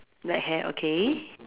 nerd hair okay